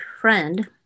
friend